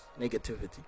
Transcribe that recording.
negativity